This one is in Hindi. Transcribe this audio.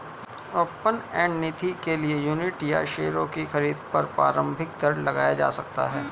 ओपन एंड निधि के लिए यूनिट या शेयरों की खरीद पर प्रारम्भिक दर लगाया जा सकता है